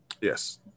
yes